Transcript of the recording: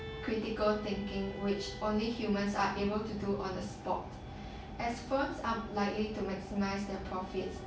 critical thinking which only humans are able to do on the spot as firms are unlikely to make maximise their profit